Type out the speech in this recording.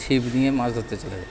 ছিপ নিয়ে মাছ ধরতে চলে যাই